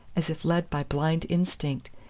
as if led by blind instinct,